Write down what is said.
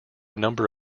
number